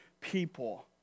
people